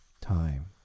time